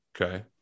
Okay